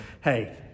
Hey